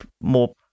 more